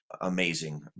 amazing